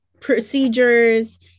Procedures